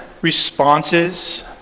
responses